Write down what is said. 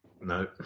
No